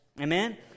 Amen